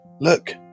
Look